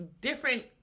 different